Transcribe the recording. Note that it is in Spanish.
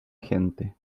gente